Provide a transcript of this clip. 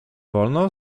wolno